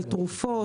על תרופות,